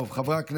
טוב, חברי הכנסת,